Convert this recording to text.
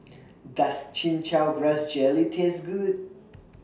Does Chin Chow Grass Jelly Taste Good